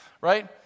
Right